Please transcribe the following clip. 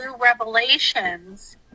revelations